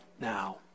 now